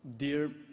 Dear